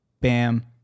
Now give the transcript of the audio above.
Bam